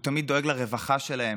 הוא תמיד דואג לרווחה שלהם,